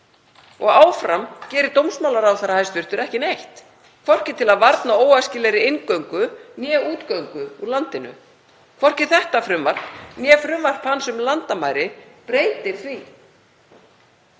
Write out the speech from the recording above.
og áfram gerir hæstv. dómsmálaráðherra ekki neitt, hvorki til að varna óæskilegri inngöngu né útgöngu úr landinu. Hvorki þetta frumvarp né frumvarp hans um landamæri breytir því.